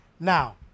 Now